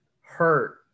hurt